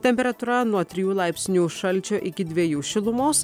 temperatūra nuo trijų laipsnių šalčio iki dviejų šilumos